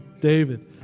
David